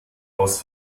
aus